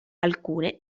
alcune